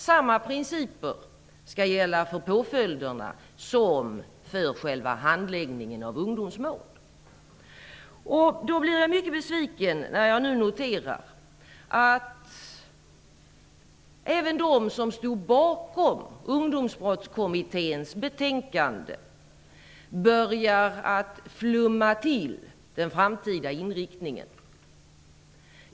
Samma principer skall gälla för påföljderna som för själva handläggningen av ungdomsmål. Därför blir jag mycket besviken när jag nu noterar att även de som stod bakom Ungdomsbrottskommitténs betänkande börjar att "flumma till" den framtida inriktningen.